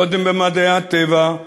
קודם במדעי הטבע,